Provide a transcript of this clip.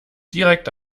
direkt